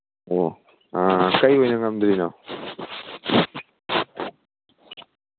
ꯑꯣ ꯀꯔꯤ ꯑꯣꯏꯅ ꯉꯝꯗ꯭ꯔꯤꯅꯣ